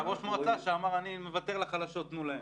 היה ראש מועצה שאמר שהוא מוותר לחלשות ושיתנו להן.